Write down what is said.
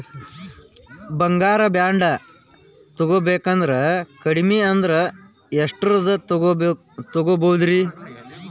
ಬಂಗಾರ ಬಾಂಡ್ ತೊಗೋಬೇಕಂದ್ರ ಕಡಮಿ ಅಂದ್ರ ಎಷ್ಟರದ್ ತೊಗೊಬೋದ್ರಿ?